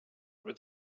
would